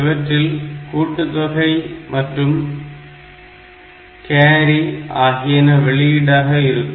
இவற்றில் கூட்டுத்தொகை மற்றும் கேரி ஆகியன வெளியீடாக இருக்கும்